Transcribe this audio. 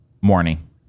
Morning